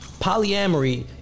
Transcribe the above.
Polyamory